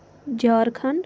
Jharkhand